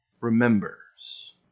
remembers